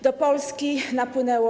Do Polski napłynęło